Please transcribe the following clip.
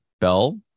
bell